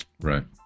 right